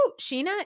Sheena